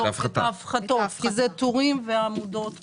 לא, את ההפחתות, כי זה טורים ועמודות קבועים.